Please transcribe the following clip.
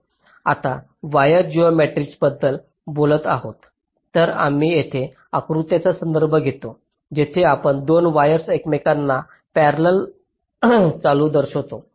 आता wire geometries बद्दल बोलत आहोत तर आम्ही येथे आकृत्याचा संदर्भ घेतो जिथे आपण दोन वायर्स एकमेकांना पॅरेलाल चालू दर्शवितो